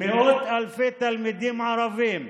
מאות אלפי תלמידים ערבים,